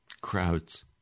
Crowds